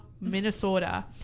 Minnesota